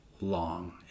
long